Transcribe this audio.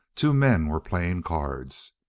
two men were playing cards.